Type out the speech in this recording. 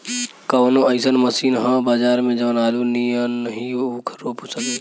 कवनो अइसन मशीन ह बजार में जवन आलू नियनही ऊख रोप सके?